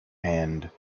hand